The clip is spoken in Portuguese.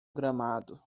gramado